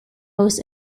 most